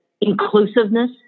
inclusiveness